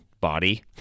body